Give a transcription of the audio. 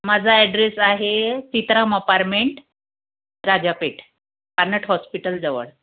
माझा ऍड्रेस आहे सीताराम अपार्टमेंट राजापेठ पानट हॉस्पिटलजवळ